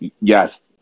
yes